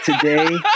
today